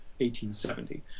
1870